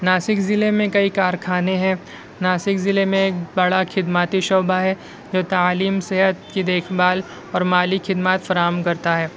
ناسک ضلع میں کئی کارخانے ہیں ناسک ضلع میں ایک بڑا خدماتی شعبہ ہے جو تعلیم صحت کی دیکھ بھال اور مالی خدمات فراہم کرتا ہے